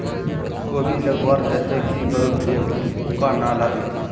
कोबी लगवार केते की करूम जे पूका ना लागे?